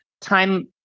time